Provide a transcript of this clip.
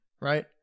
right